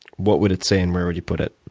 what would it say and where would you put it?